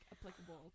applicable